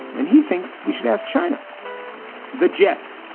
and he thinks we should ask china the jest.